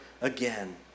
again